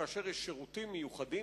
כאשר יש שירותים מיוחדים,